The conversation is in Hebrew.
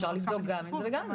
אפשר לבדוק גם וגם,